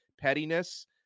pettiness